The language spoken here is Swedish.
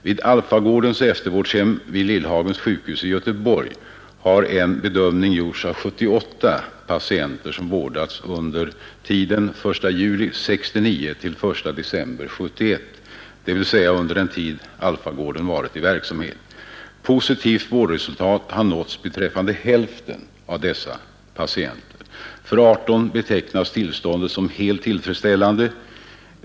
Vid Alfagårdens eftervårdshem vid Lillhagens sjukhus i Göteborg har en bedömning gjorts av 78 patienter som vårdats under tiden den 1 juli 1969 till den 1 december 1971, dvs. under den tid Alfagården varit i verksamhet. Positivt vårdresultat har nåtts beträffande hälften av dessa patienter. För 18 betecknas tillståndet som helt tillfredsställande.